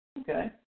Okay